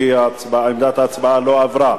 כי עמדת ההצבעה לא עברה.